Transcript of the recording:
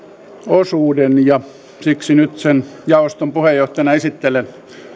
osuuden ja siksi nyt sen jaoston puheenjohtajana esittelen